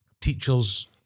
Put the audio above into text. teachers